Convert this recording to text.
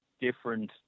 different